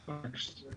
תקציבית.